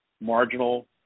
marginal